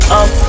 up